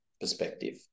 perspective